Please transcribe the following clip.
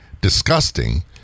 disgusting